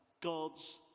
God's